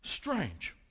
Strange